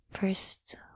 first